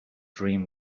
dream